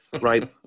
Right